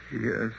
Yes